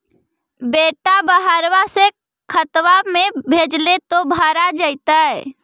बेटा बहरबा से खतबा में भेजते तो भरा जैतय?